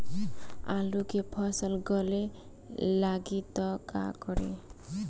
आलू के फ़सल गले लागी त का करी?